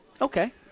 Okay